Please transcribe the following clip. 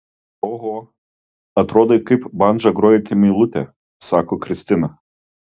oho atrodai kaip bandža grojanti meilutė sako kristina